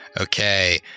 Okay